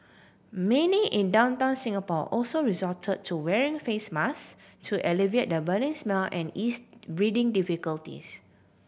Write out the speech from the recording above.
many in downtown Singapore also resort to wearing face masks to alleviate the burning smell and ease breathing difficulties